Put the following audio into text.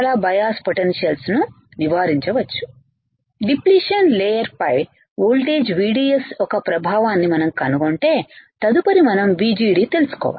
bias potentials ను నివారించ వచ్చు డిప్లిషన్ లేయర్ పై వోల్టేజ్ VDS యొక్క ప్రభావాన్ని మనం కనుగొంటే తదుపరి మనం VGD తెలుసుకోవాలి